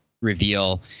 reveal